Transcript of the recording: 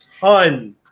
ton